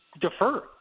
defer